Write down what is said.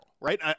right